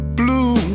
blue